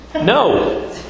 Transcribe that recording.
No